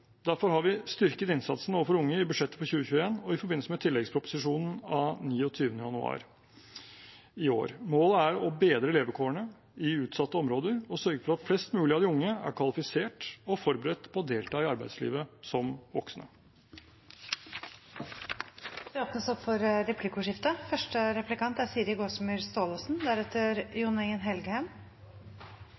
Derfor har vi styrket innsatsen overfor unge i budsjettet for 2021 og i forbindelse med tilleggsproposisjonen av 29. januar i år. Målet er å bedre levevilkårene i utsatte områder og sørge for at flest mulig av de unge er kvalifisert og forberedt på å delta i arbeidslivet som voksne. Det blir replikkordskifte.